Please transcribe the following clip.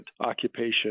occupation